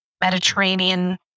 Mediterranean